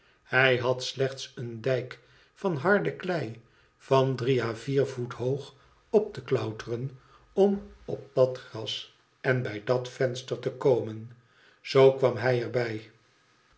hij had slechts een dijk van harde klei van drie k vier voet hoog op te klauteren om op dat gras en bij dat venster te komen zoo kwam hij er